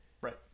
Right